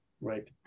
Right